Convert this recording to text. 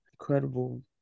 incredible